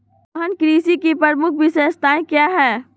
गहन कृषि की प्रमुख विशेषताएं क्या है?